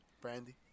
Brandy